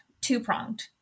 two-pronged